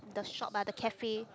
the shop ah the cafe